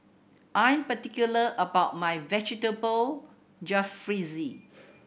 I'm particular about my Vegetable Jalfrezi